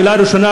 שאלה ראשונה,